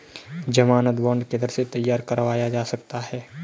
ज़मानत बॉन्ड किधर से तैयार करवाया जा सकता है?